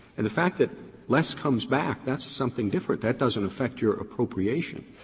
and the fact that less comes back, that's something different. that doesn't affect your appropriation.